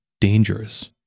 dangerous